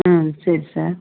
ம் சரி சார்